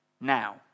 Now